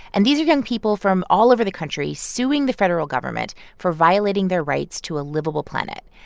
and these are young people from all over the country suing the federal government for violating their rights to a livable planet.